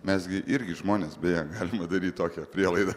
mes gi irgi žmonės beje galima daryti tokią prielaidą